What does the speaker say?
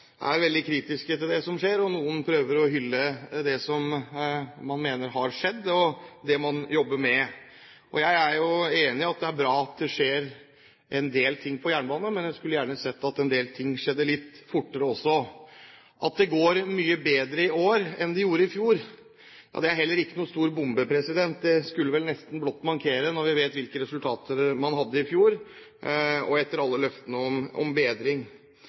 jeg ikke lenger om den er for spesielt interesserte, for det høres i stor grad ut som en tradisjonell jernbanedebatt i Stortinget, der noen er veldig kritiske til det som skjer, og noen prøver å hylle det som man mener har skjedd, og det man jobber med. Jeg er enig i at det er bra at det skjer en del ting med tanke på jernbane, men jeg skulle gjerne sett at en del ting skjedde litt fortere. At det går mye bedre i år enn i fjor – ja, det er heller ingen stor bombe, det skulle vel blott mankere når vi vet hvilke resultater man hadde i